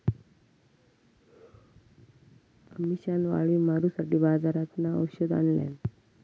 अमिशान वाळवी मारूसाठी बाजारातना औषध आणल्यान